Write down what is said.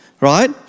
right